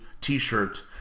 t-shirt